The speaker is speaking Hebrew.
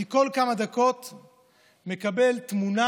כל כמה דקות אני מקבל תמונה